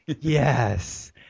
Yes